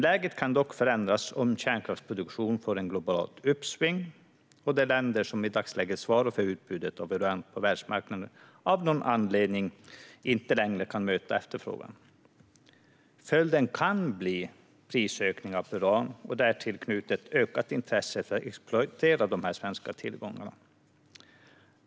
Läget kan dock förändras om kärnkraftsproduktion får ett globalt uppsving och om de länder som i dagsläget svarar för utbudet av uran på världsmarknaden av någon anledning inte längre kan möta efterfrågan. Följden kan bli prisökningar på uran och ett därtill knutet ökat intresse för att exploatera de svenska tillgångarna.